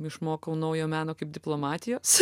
išmokau naujo meno kaip diplomatijos